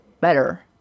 better